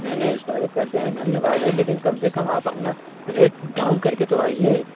नहीं नहीं स्वागत करते हैं धन्यवाद है लेकिन कम से कम आप अपना रेट डाउन करके तो आईए